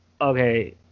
okay